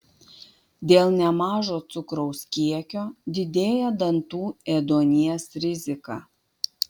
dėl nemažo cukraus kiekio didėja dantų ėduonies rizika